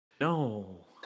No